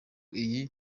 iyi